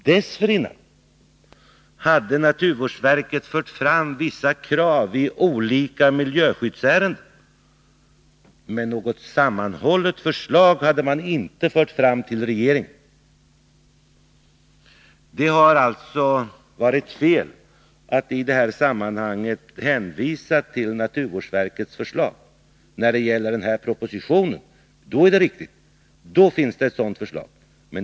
Dessförinnan hade naturvårdsverket fört fram vissa krav i olika miljöskyddsärenden. Men något sammanhållet förslag hade man inte fört fram till regeringen. Det har alltså varit fel att i det här sammanhanget hänvisa till naturvårdsverkets förslag. Men när det gäller den här propositionen är det riktigt att det finns ett sådant förslag.